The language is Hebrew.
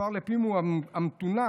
עפר לפומיה המטונף,